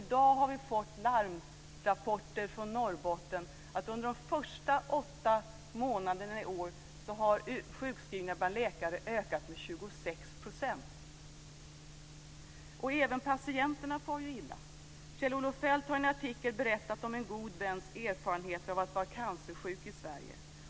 I dag har vi fått larmrapporter från Norrbotten om att under de första åtta månaderna i år har sjukskrivningarna bland läkare ökat med 26 %. Även patienterna far illa. Kjell-Olof Feldt har i en artikel berättat om en god väns erfarenheter av att vara cancersjuk i Sverige.